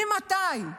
ממתי,